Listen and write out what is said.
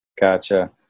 Gotcha